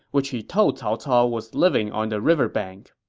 which he told cao cao was living on the river bank.